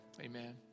Amen